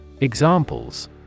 Examples